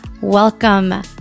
Welcome